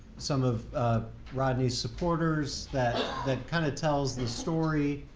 some of rodney's supporters that that kind of tells the story.